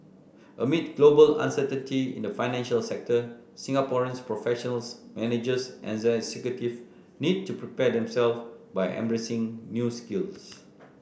amid global uncertainty in the financial sector Singaporean professionals managers and executive need to prepare themselves by embracing new skills